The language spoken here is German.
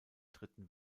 dritten